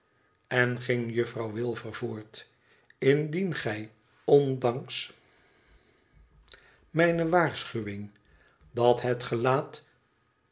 len ging juffirouw wilfer voort indien gij ondanks mijne waarschuwing dat het gelaat